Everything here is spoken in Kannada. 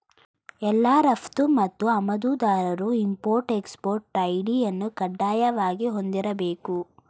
ಎಲ್ಲಾ ರಫ್ತು ಮತ್ತು ಆಮದುದಾರರು ಇಂಪೊರ್ಟ್ ಎಕ್ಸ್ಪೊರ್ಟ್ ಐ.ಡಿ ಅನ್ನು ಕಡ್ಡಾಯವಾಗಿ ಹೊಂದಿರಬೇಕು